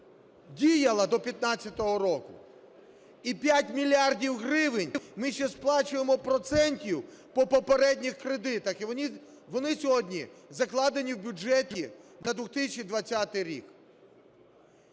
діяла до 2015 року, і 5 мільярдів гривень ми ще сплачуємо процентів по попередніх кредитах, і вони сьогодні закладені в бюджеті на 2020 рік.